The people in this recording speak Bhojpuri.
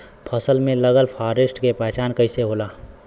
फसल में लगल फारेस्ट के पहचान कइसे होला?